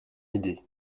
idée